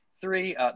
three